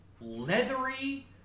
leathery